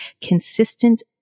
consistent